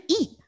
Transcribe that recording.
eat